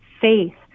faith